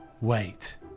Wait